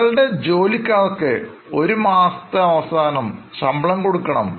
നിങ്ങളുടെ ജോലിക്കാർക്ക് ഒരു മാസത്തെ അവസാനം ശമ്പളം കൊടുക്കണം